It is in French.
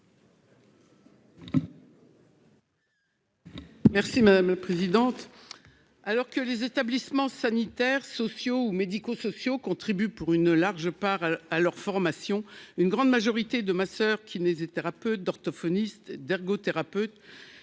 Merci madame présidente alors que les établissements sanitaires, sociaux ou médicaux sociaux contribue pour une large part à leur formation, une grande majorité de ma soeur, qui n'hésitera peu d'orthophonistes, d'ergothérapeutes